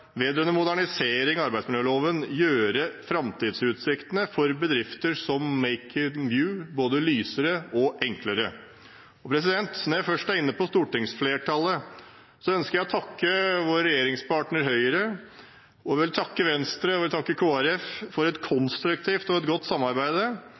vedrørende en modernisering av arbeidsmiljøloven, gjøre framtidsutsiktene for bedrifter som Making View lysere og enklere. Når jeg først er inne på stortingsflertallet, så ønsker jeg å takke vår regjeringspartner Høyre, jeg vil takke Venstre og Kristelig Folkeparti for et konstruktivt og godt samarbeid.